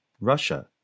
Russia